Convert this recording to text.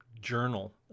journal